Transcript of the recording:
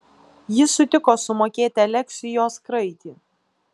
jis sutiko sumokėti aleksiui jos kraitį